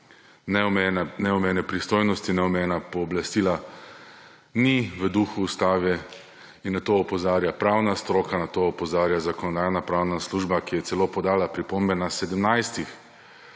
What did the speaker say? neomejene pristojnosti, neomejena pooblastila, ni v duhu Ustave. In na to opozarja pravna stroka, na to opozarja Zakonodajno-pravna služba, ki je celo podala pripombe na